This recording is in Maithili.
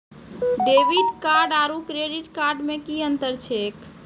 डेबिट कार्ड आरू क्रेडिट कार्ड मे कि अन्तर छैक?